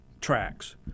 tracks